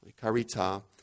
Karita